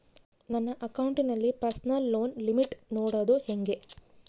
ನನ್ನ ಅಕೌಂಟಿನಲ್ಲಿ personal loan limit ನೋಡದು ಹೆಂಗೆ?